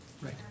Right